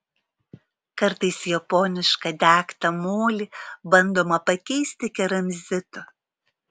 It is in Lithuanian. kartais japonišką degtą molį bandoma pakeisti keramzitu